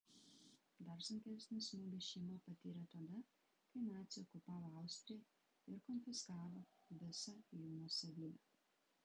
dar sunkesnį smūgį šeima patyrė tada kai naciai okupavo austriją ir konfiskavo visą jų nuosavybę